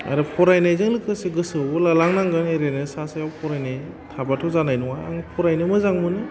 आरो फरायनायजों लोगोसे गोसोआवबो लालांनांगोन एरैनो सा सायाव फरायनाय थाबाथ' जानाय नङा आं फरायनो मोजां मोनो